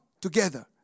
together